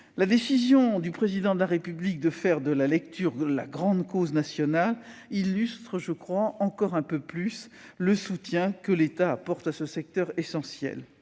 La décision du Président de la République de faire de la lecture la grande cause nationale illustre encore un peu plus le soutien que l'État apporte ce secteur essentiel.